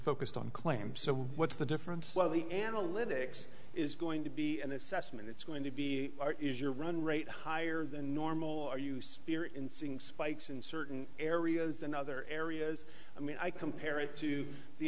focused on claims so what's the difference one of the analytics is going to be an assessment it's going to be is your run rate higher than normal are you spirit in seeing spikes in certain areas and other areas i mean i compare it to the